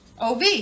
ov